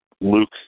Luke